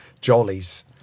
jollies